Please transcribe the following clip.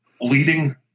leading